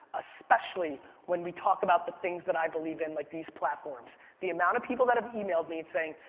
especially when we talk about the things that i believe in like these platforms. the amount of people that have e-mailed me and saying,